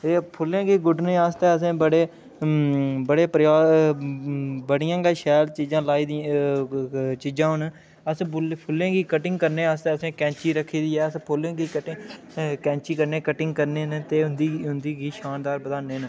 एह् फुल्लें गी गुड्डने आस्तै असें बड़े बड़े प्रयास बड़ियां गै शैल चीजां लाई दियां न चीजां हून अस फुल्ल फुल्लें गी कटिंग करने आस्तै असें कैंची रक्खी दी ऐ असें फुल्लें दी कटिंग कैंची कन्नै कटिंग करने न ते उं'दी उं'दी बी शानदार बनाने न